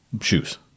shoes